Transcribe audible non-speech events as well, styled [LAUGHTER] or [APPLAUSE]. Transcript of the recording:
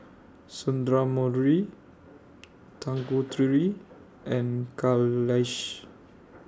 Sundramoorthy [NOISE] Tanguturi and Kailash